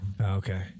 Okay